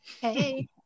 Hey